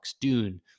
Dune